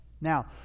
Now